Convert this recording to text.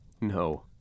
No